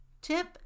Tip